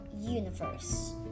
universe